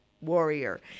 warrior